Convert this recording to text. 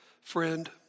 Friend